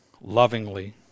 lovingly